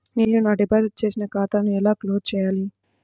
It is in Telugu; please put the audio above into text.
నేను నా డిపాజిట్ చేసిన ఖాతాను ఎలా క్లోజ్ చేయాలి?